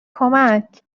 کمک